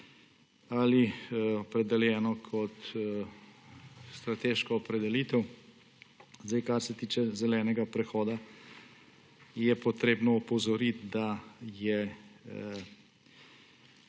ali opredeljeno kot strateška opredelitev. Kar se tiče zelenega prehoda, je potrebno opozoriti, da gre